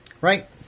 Right